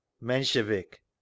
Menshevik